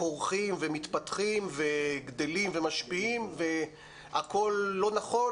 פורחים ומתפתחים וגדלים ומשפיעים והכול לא נכון?